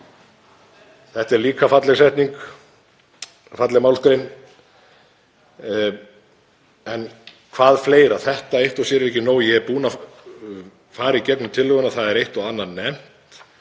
Þetta er líka falleg setning, falleg málsgrein. En hvað fleira? Þetta eitt og sér er ekki nóg. Ég er búinn að fara í gegnum tillöguna og eitt og annað er nefnt.